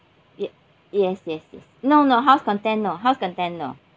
ye~ yes yes yes no no house content no house content no